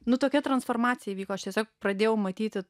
nu tokia transformacija įvyko aš tiesiog pradėjau matyti